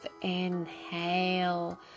inhale